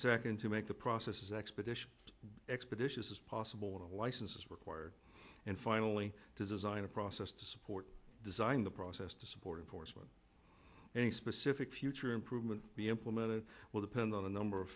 second to make the process expedition expeditious as possible a license is required and finally to design a process to support design the process to support enforcement any specific future improvement be implemented it will depend on a number of